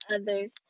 others